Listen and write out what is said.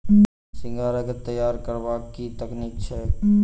सिंघाड़ा केँ तैयार करबाक की तकनीक छैक?